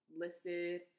listed